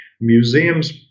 Museums